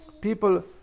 people